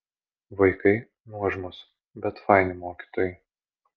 vaikai nuožmūs bet faini mokytojai